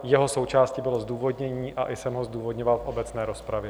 Jeho součástí bylo zdůvodnění i jsem ho zdůvodňoval v obecné rozpravě.